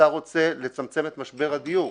השר רוצה לצמצם את משבר הדיור.